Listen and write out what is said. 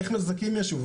איך מזכים ישוב?